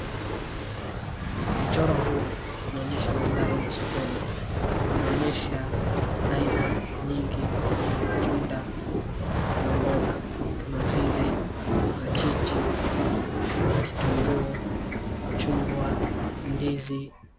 Mchoro huu unaonyesha mandhari ya sokoni, inaonyesha aina nyingi za matunda na mboga kama vile parachichi, kitunguu, machungwa, ndizi.